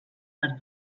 per